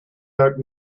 art